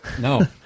No